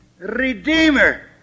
Redeemer